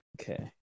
Okay